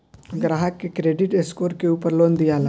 ग्राहक के credit score के उपर लोन दियाला